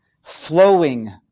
Flowing